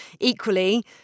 equally